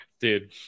Dude